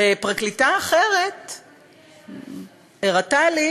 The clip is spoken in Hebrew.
ופרקליטה אחרת הראתה לי